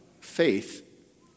faith